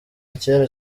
kera